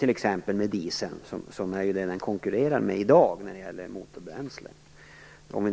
med t.ex. dieseln, som är det motorbränsle som den konkurrerar med i dag.